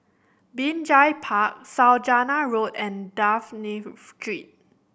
Binjai Park Saujana Road and Dafne Street